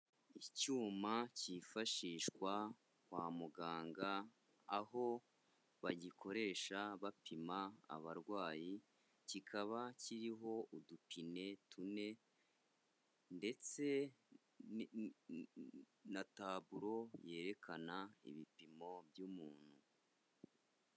Icyuma cyifashishwa kwa muganga, aho bagikoresha bapima abarwayi, kikaba kiriho udupine tune ndetse na taburo yerekana ibipimo by'umuntu.